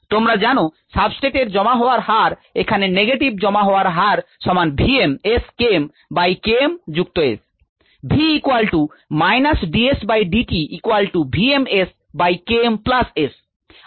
তোমরা জানো সাবস্ট্রেট এর জমা হওয়ার হারএখানে নেগেটিভ জমা হওয়ার হার সমান v m s k m by K m যুক্ত s